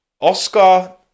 Oscar